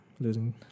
losing